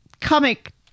comic